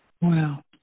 Wow